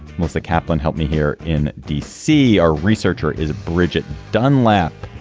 melissa kaplan, help me here in d c. our researcher is bridget dunlap.